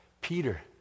Peter